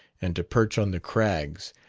and to perch on the crags,